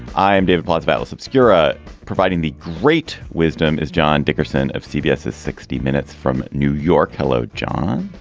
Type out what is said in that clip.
i am david plotz of atlas obscura providing the great wisdom is john dickerson of cbs is sixty minutes from new york hello john.